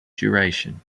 duration